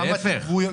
לא, להיפך.